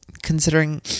considering